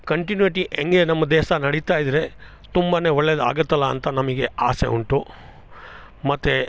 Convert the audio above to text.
continuity ಹೆಂಗೆ ನಮ್ಮ ದೇಶ ನಡಿತಾಯಿದ್ದರೆ ತುಂಬನೇ ಒಳ್ಳೆಯದು ಆಗತ್ತಲ್ಲ ಅಂತ ನಮಗೆ ಆಸೆ ಉಂಟು ಮತ್ತು